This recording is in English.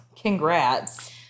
congrats